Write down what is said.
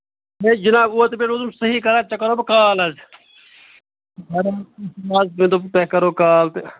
ہے جِناب اوترٕ پیٚٹھ اوسُس بہٕ صحی کران ژےٚ کرو بہٕ کال حظ مےٚ دوٚپوٗ تۄہہِ کرو کال تہٕ